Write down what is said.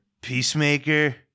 Peacemaker